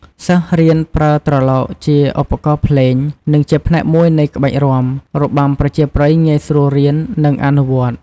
សិស្សរៀនប្រើត្រឡោកជាឧបករណ៍ភ្លេង និងជាផ្នែកមួយនៃក្បាច់រាំ របាំប្រជាប្រិយងាយស្រួលរៀន និងអនុវត្ត។